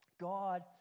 God